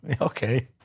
Okay